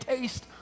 taste